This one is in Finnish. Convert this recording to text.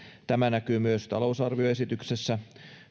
tämä näkyy myös talousarvioesityksessä